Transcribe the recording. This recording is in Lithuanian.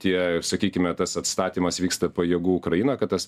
tie ir sakykime tas atstatymas vyksta pajėgų ukraina kad tas